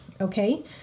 Okay